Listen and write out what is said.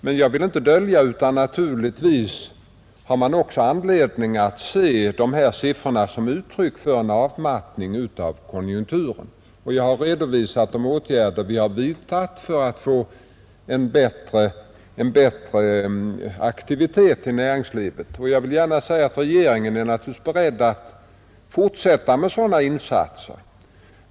Men jag vill inte förneka att man har anledning att se dessa siffror som uttryck för en avmattning av konjunkturen, och jag har redovisat de åtgärder som vi har vidtagit för att få en bättre aktivitet i näringslivet. Regeringen är naturligtvis beredd att fortsätta med sådana insatser.